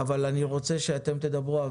אני רוצה שאתם תדברו,